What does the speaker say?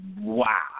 Wow